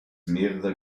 mehrere